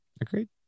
Agreed